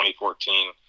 2014